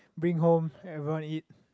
bring home everyone eat